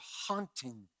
haunting